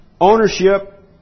ownership